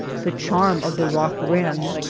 the charm of the rock-wren,